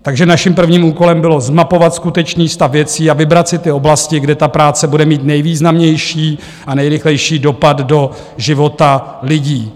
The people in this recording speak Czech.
Takže naším prvním úkolem bylo zmapovat skutečný stav věcí a vybrat si ty oblasti, kde ta práce bude mít nejvýznamnější a nejrychlejší dopad do života lidí.